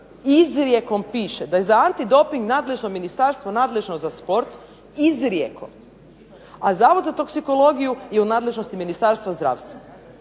izrijekom piše da je za antidoping nadležno ministarstvo nadležno za sport, izrijekom, a Zavod za toksikologiju je u nadležnosti Ministarstva zdravstva.